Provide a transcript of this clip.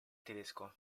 tedesco